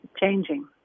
changing